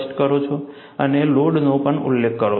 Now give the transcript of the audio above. તમે લોડનો પણ ઉલ્લેખ કરો છો